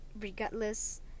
regardless